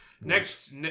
next